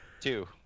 two